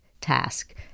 task